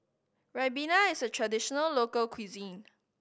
ribena is a traditional local cuisine